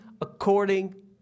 according